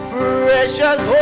precious